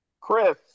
Chris